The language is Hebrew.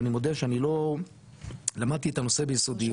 ואני מודה שאני לא למדתי את הנושא ביסודיות,